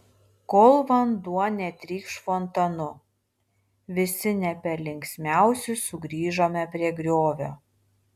kol vanduo netrykš fontanu visi ne per linksmiausi sugrįžome prie griovio